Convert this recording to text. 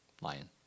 lion